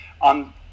on